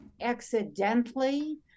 accidentally